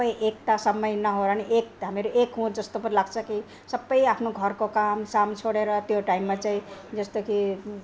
सबै एकता सबमै नहोलान् एकता हामीहरू एक हौँ जस्तो पो लाग्छ कि सबै आफ्नो घरको कामसाम छोडेर त्यो टाइममा चाहिँ जस्तो कि